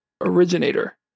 originator